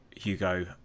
Hugo